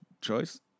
choice